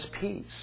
peace